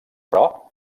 però